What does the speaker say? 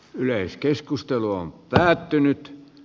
yleiskeskustelu on päättynyt